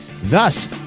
thus